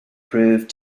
proved